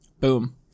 Boom